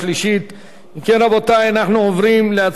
אנחנו עוברים להצבעה בקריאה שלישית על הצעת